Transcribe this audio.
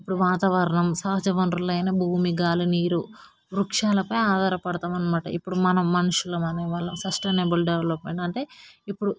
ఇప్పుడు వాతావరణం సహజ వనరులైన భూమి గాలి నీరు వృక్షాలపై ఆధారపడుతాము అన్మానట ఇప్పుడు మనం మనుషులము అనేవాళ్ళము సస్టైనబుల్ డెవలప్మెంట్ అంటే ఇప్పుడు